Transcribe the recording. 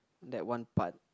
that one part